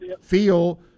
feel